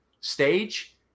stage